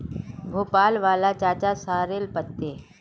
भोपाल वाला चाचार सॉरेल पत्ते